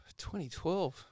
2012